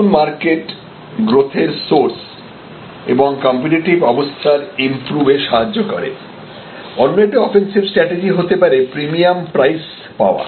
নতুন মার্কেট গ্রোথের সোর্স এবং কম্পিটিটিভ অবস্থান ইমপ্রুভ এ সাহায্য করে অন্য একটি অফেন্সিভ স্ট্র্যাটেজি হতে পারে প্রিমিয়াম প্রাইস পাওয়া